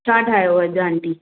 छा ठाहियो अॼु आंटी